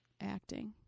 acting